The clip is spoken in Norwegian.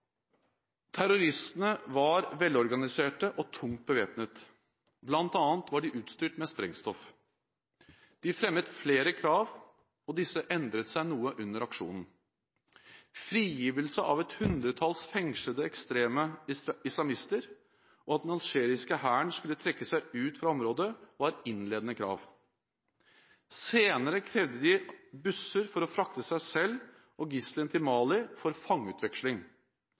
Terroristene var velorganiserte og tungt bevæpnet. Blant annet var de utstyrt med sprengstoff. De fremmet flere krav, og disse endret seg noe under aksjonen. Frigivelse av et hundretalls fengslede ekstreme islamister, og at den algeriske hæren skulle trekke seg ut fra området, var innledende krav. Senere krevde de busser for å frakte seg selv og gisler til Mali for